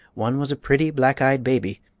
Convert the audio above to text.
one was a pretty, black-eyed baby,